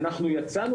יצאנו